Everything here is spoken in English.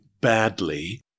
badly